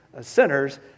sinners